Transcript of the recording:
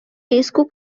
риску